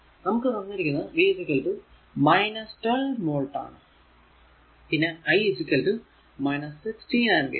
നമുക്ക് തന്നിരിക്കുന്നത് v 12 volt ആണ് പിന്നെ I 16 ആമ്പിയർ